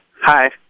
Hi